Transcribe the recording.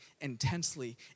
intensely